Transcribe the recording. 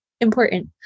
important